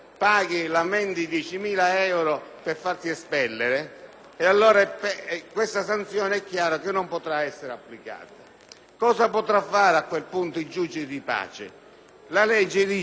questa sanzione chiaramente non potrà essere applicata. Cosa potrà fare a quel punto il giudice di pace? La legge stabilisce che qualora l'ammenda non possa essere